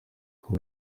con